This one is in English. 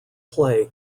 play